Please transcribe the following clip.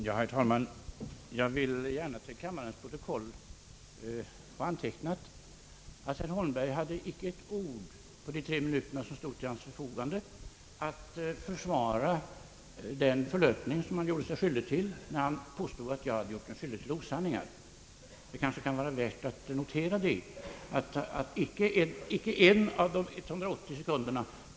Herr talman! Jag vill gärna till kammarens protokoll få antecknat att herr Holmberg på de tre minuter som stod till hans förfogande icke sade ett ord för att försvara den förlöpning som han gjorde sig skyldig till när han sade att jag farit med osanningar. Det kan kan ske vara värt att notera att han icke ansåg denna sak vara värd en av de 180 sekunderna.